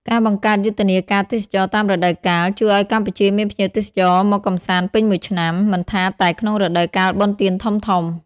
ការបង្កើតយុទ្ធនាការទេសចរណ៍តាមរដូវកាល ជួយឱ្យកម្ពុជាមានភ្ញៀវទេសចរមកកម្សាន្តពេញមួយឆ្នាំ មិនថាតែក្នុងរដូវកាលបុណ្យទានធំៗ។